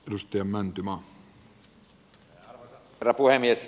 arvoisa herra puhemies